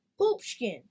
Poopskin